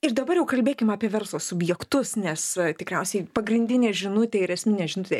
ir dabar jau kalbėkim apie verslo subjektus nes tikriausiai pagrindinė žinutė ir esminė žinutė